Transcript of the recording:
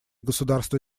государства